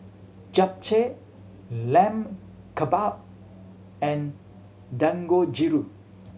Japchae Lamb Kebab and Dangojiru